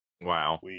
Wow